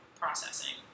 processing